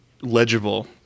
legible